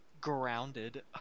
grounded